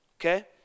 Okay